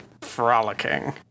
Frolicking